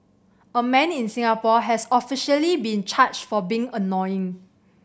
a man in Singapore has officially been charged for being annoying